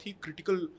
critical